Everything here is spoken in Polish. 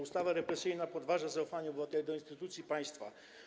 Ustawa represyjna podważa zaufanie obywateli do instytucji państwa.